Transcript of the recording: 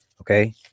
Okay